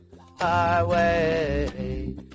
highway